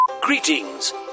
Greetings